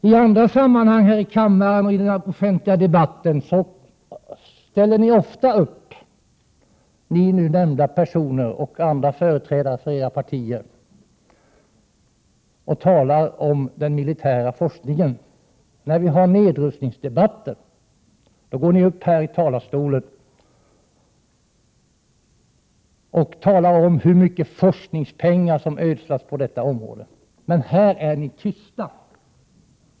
I andra sammanhang här i kammaren och i den offentliga debatten ställer ni nu nämnda och andra företrädare för era partier ofta upp och talar om den militära forskningen. När vi har nedrustningsdebatt går ni uppi talarstolen och talar om hur mycket forskningspengar som ödslas på detta område, men nu är ni tysta.